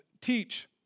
teach